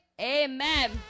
amen